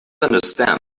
understand